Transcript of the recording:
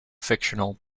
fictional